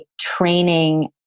training